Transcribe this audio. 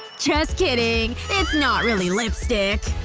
just kidding! it's not really lipstick